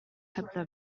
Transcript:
hebdda